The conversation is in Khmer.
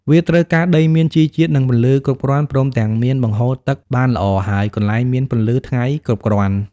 វាត្រូវការដីមានជីជាតិ និងពន្លឺគ្រប់គ្រាន់ ព្រមទាំងមានបង្ហូរទឹកបានល្អ ហើយកន្លែងមានពន្លឺថ្ងៃគ្រប់គ្រាន់។